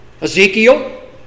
Ezekiel